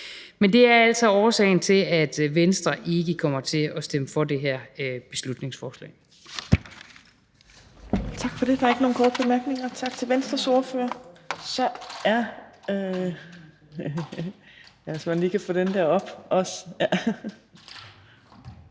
Men det er altså årsagen til, at Venstre ikke kommer til at stemme for det her beslutningsforslag.